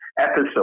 episode